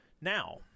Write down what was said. Now